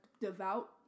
devout